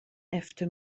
efter